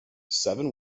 seven